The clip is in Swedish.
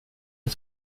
det